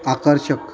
आकर्षक